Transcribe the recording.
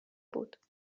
بود